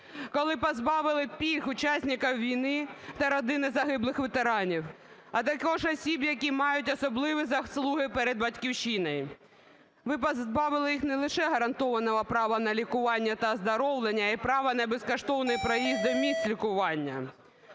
коли позбавили пільг учасників війни та родини загиблих ветеранів, а також осіб, які мають особливі заслуги перед Батьківщиною, ви позбавили їх не лише гарантованого права на лікування та оздоровлення і права на безкоштовний проїзд до місць лікування.